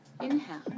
Inhale